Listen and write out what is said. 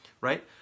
right